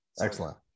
Excellent